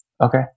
Okay